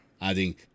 adding